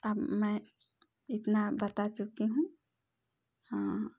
अब मैं इतना बता चुकी हूँ